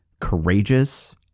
courageous